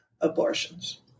abortions